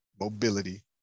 mobility